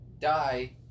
Die